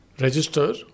register